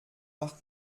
macht